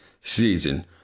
season